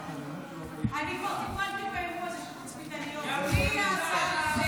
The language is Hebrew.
אני כבר טיפלתי באירוע הזה של התצפיתניות בלי הצעה לסדר-היום,